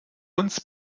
uns